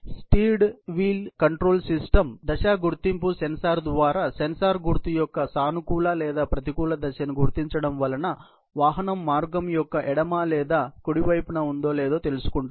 steered wheel control system దశ గుర్తింపు sensor ద్వారా సెన్సార్ గుర్తు యొక్క సానుకూల లేదా ప్రతికూల దశను గుర్తించడం వలన వాహనం మార్గం యొక్క ఎడమ లేదా కుడి వైపున ఉందో లేదో తెలుసుకుంటుంది